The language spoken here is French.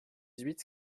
huit